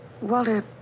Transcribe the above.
Walter